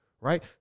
right